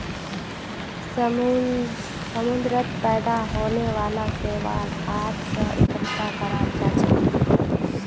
समुंदरत पैदा होने वाला शैवाल हाथ स इकट्ठा कराल जाछेक